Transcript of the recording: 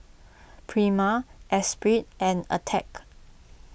Prima Esprit and Attack